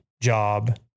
job